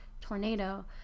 tornado